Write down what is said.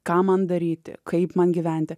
ką man daryti kaip man gyventi